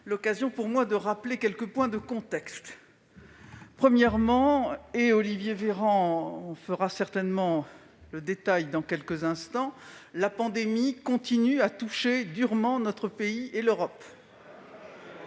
l'occasion pour moi de rappeler quelques points de contexte. Premièrement- Olivier Véran y reviendra certainement en détail dans quelques instants -, la pandémie continue de toucher durement notre pays et l'Europe.